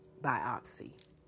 biopsy